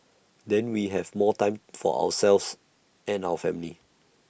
then we have more time for ourselves and our family